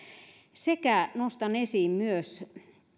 sekä nostan esiin myös